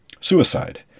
Suicide